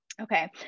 Okay